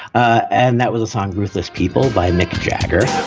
and that was a song, ruthless people by mick jagger